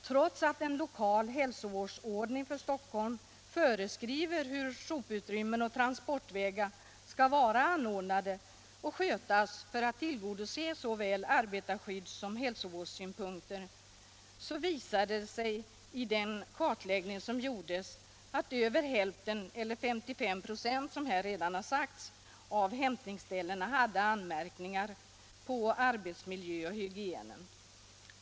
Trots att en lokal hälsovårdsordning för Stockholm föreskriver hur soputrymmen och transportvägar skall vara anordnade och skötas för att tillgodose såväl arbetarskydds som hälsovårdssynpunkter, visade det sig i den kartläggning som gjordes att över hälften eller 55 26 av hämtningsställena hade anmärkningar på arbetsmiljön och hygienen.